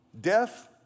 Death